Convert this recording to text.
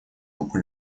руку